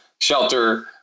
shelter